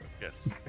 Yes